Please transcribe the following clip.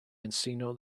encino